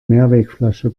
mehrwegflasche